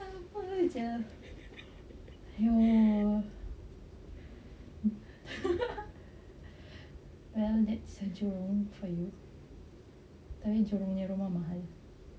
apa jer !aduh! well that's jurong for you tapi jurong punya rumah mahal